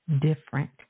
different